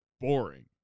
boring